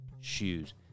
Shoes